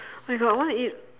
oh my god I want to eat